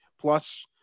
plus